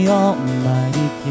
almighty